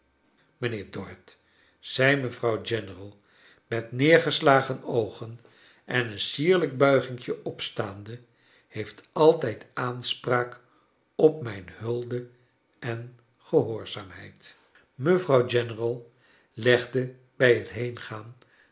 mijnheer dorrit zei mevrouw general met neergeslagen oogen en een sierlijk buiginkje opstaande heeft alt ij d aans praak op mij n hulde en gehoorzaamheid mevrouw general legde bij het